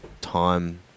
time